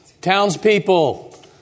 townspeople